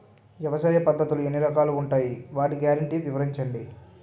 వ్యవసాయ పద్ధతులు ఎన్ని రకాలు ఉంటాయి? వాటి గ్యారంటీ వివరించండి?